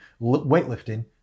Weightlifting